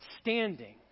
Standing